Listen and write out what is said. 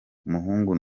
umuhungu